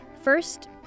First